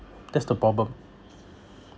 that's the problem